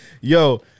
Yo